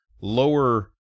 lower